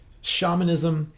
shamanism